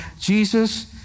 Jesus